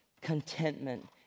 Contentment